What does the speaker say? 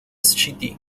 sgt